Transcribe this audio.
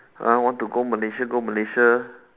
ah want to go malaysia go malaysia